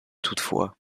toutefois